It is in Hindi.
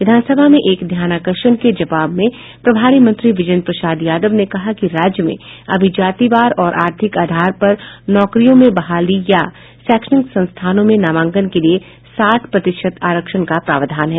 विधानसभा में एक ध्यानाकर्षण के जवाब में प्रभारी मंत्री विजेन्द्र प्रसाद यादव ने कहा कि राज्य में अभी जातिवार और आर्थिक आधार पर नौकरियों में बहाली या शैक्षणिक संस्थानों में नामांकन के लिए साठ प्रतिशत आरक्षण का प्रावधान है